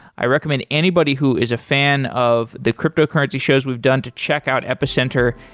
i recommend anybody who is a fan of the cryptocurrency shows we've done to check out epicenter.